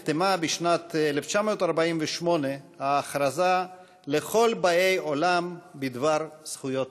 שבו נחתמה בשנת 1948 ההכרזה לכל באי עולם בדבר זכויות האדם.